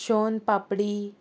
shown papdi